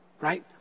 right